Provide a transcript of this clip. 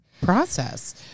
process